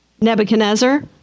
Nebuchadnezzar